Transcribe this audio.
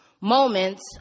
moments